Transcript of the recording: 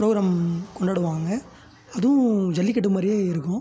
program கொண்டாடுவாங்க அதுவும் ஜல்லிக்கட்டு மாதிரியே இருக்கும்